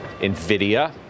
NVIDIA